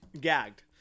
Gagged